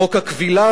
חוק הכבילה,